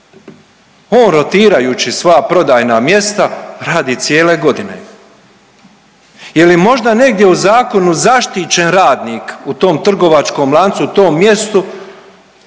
on rotirajući svoja prodajna mjesta radi cijele godine. Je li možda negdje u zakonu zaštićen radnik u tom trgovačkom lancu u tom mjestu